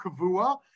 kavua